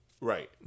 Right